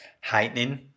heightening